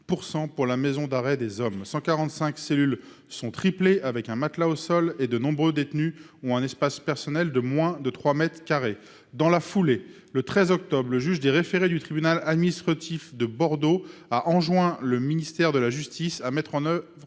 pour la maison d'arrêt des hommes ; 145 cellules étaient triplées avec un matelas au sol et de nombreux détenus avaient un espace personnel de moins de 3 mètres carrés. Dans la foulée, le 13 octobre dernier, le juge des référés du tribunal administratif de Bordeaux a enjoint au ministère de la justice de mettre en oeuvre